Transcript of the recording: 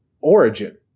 origin